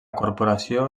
corporació